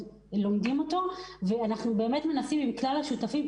לומדים ואנחנו מנסים להגיע לכלל השותפים.